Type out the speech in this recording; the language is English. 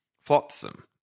flotsam